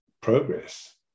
progress